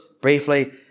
briefly